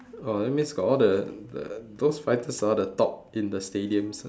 oh that means got all the the those fighters are the top in the stadium